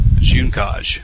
Junkaj